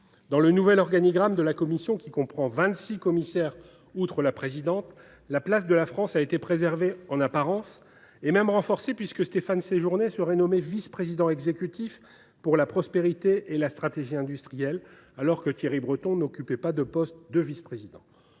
Dans le nouvel organigramme de la Commission, qui comprend, outre la présidente, vingt six commissaires, la place de la France a été préservée, en apparence, et même renforcée puisque Stéphane Séjourné serait nommé vice président exécutif chargé de la prospérité et de la stratégie industrielle, alors que Thierry Breton n’occupait pas de poste de vice président.